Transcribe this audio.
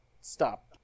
stop